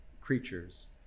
creatures